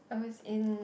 I was in